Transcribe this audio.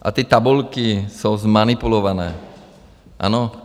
A ty tabulky jsou zmanipulované, ano?